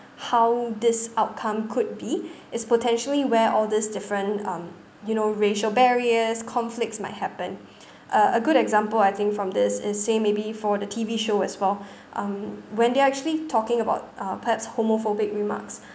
how this outcome could be is potentially where all these different um you know racial barriers conflicts might happen uh a good example I think from this is say maybe for the T_V show as well um when they're actually talking about uh perhaps homophobic remarks